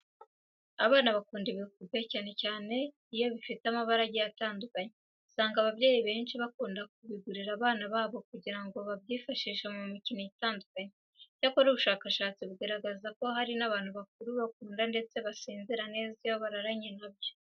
Abana bakunda ibipupe cyane cyane iyo bifite amabara agiye atandukanye. Usanga ababyeyi benshi bakunda kubigurira abana babo kugira ngo babyifashishe mu mikino itandukanye. Icyakora ubushakashatsi bugaragaza ko hari n'abantu bakuru babikunda ndetse basinzira neza iyo bararanye na byo.